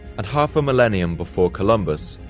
and half a millennium before columbus,